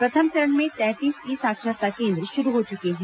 प्रथम चरण में तैंतीस ई साक्षरता केन्द्र शुरू हो चुके हैं